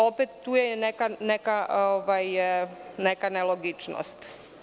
Opet, tu je neka ne logičnost.